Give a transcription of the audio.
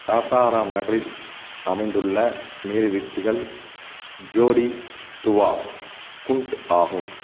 சாசாராம் நகரில் அமைந்துள்ள நீர்வீழ்ச்சிகள் ஜோடி துவா குண்ட் ஆகும்